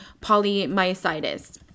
polymyositis